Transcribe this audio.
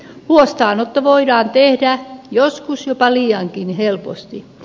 huostaanotto voidaan tehdä joskus jopa liiankin helposti